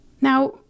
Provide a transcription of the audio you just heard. Now